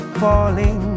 falling